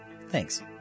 Thanks